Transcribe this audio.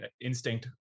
instinct